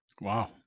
wow